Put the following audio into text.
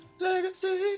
legacy